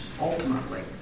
Ultimately